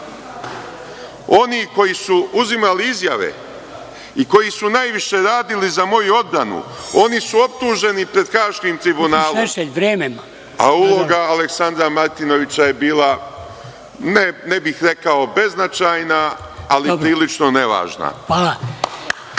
oni koji su uzimali izjave i koji su najviše radili za moju odbranu, oni su optuženi pred Haškim tribunalom, a uloga Aleksandra Martinovića je bila ne bih rekao beznačajna, ali prilično nevažna.